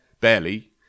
barely